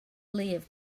liv